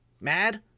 mad